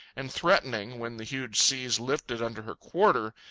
and threatening, when the huge seas lifted under her quarter,